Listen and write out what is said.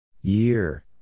Year